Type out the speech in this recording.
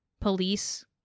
police